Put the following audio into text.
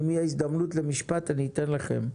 אם תהיה הזדמנות למשפט אני אתן לכם.